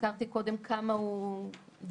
שהזכרתי קודם כמה הוא דרמטי.